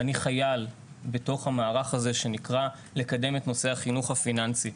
אני חייל בתוך המערך הזה שנקרא לקדם את נושא החינוך הפיננסי.